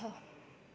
छ